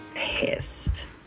pissed